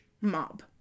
mob